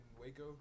Waco